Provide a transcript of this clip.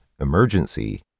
emergency